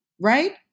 Right